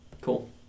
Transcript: Cool